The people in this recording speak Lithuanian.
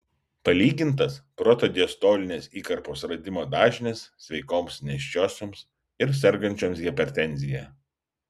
palygintas protodiastolinės įkarpos radimo dažnis sveikoms nėščiosioms ir sergančioms hipertenzija